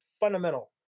fundamental